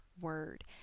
word